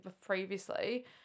previously